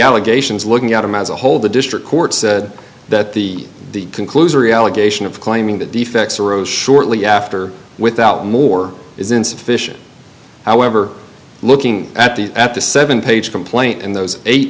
allegations looking at them as a whole the district court said that the the conclusory allegation of claiming that the facts arose shortly after without more is insufficient however looking at the at the seven page complaint and those eight